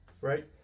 right